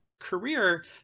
career